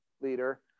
leader